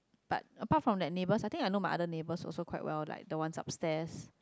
but apart from that neighbours I think I know my other neighbors also quite well like the ones upstairs